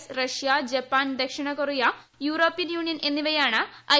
A Russia Japan ദക്ഷിണ Korea European Union എന്നിവയാണ് I